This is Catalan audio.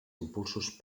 impulsos